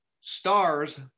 Stars